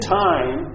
time